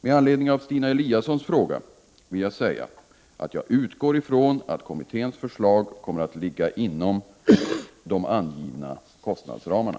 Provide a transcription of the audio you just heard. Med anledning av Stina Eliassons fråga vill jag säga att jag utgår ifrån att kommitténs förslag kommer att ligga inom de angivna kostnadsramarna.